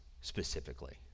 specifically